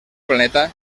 planeta